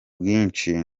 bwinshi